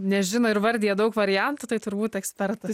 nežino ir vardija daug variantų tai turbūt ekspertas svarbu jeigu žino ir